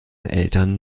eltern